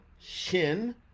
Shin